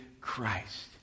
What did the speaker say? Christ